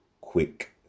quick